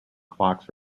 clocks